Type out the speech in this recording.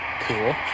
Cool